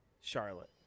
Charlotte